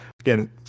again